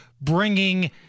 bringing